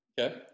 Okay